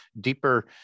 deeper